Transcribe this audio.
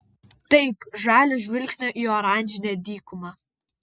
taip žalio žvilgsnio į oranžinę dykumą